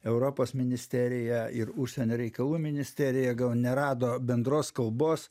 europos ministerija ir užsienio reikalų ministerija gal nerado bendros kalbos